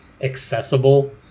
accessible